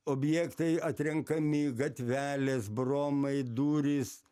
objektai atrenkami gatvelės bromai durys